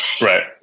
right